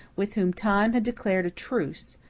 with whom time had declared a truce,